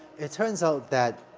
it turns out that,